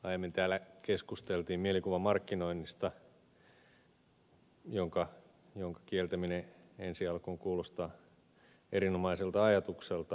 aiemmin täällä keskusteltiin mielikuvamarkkinoinnista jonka kieltäminen ensi alkuun kuulostaa erinomaiselta ajatukselta